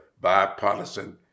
bipartisan